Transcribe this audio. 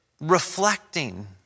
reflecting